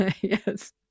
yes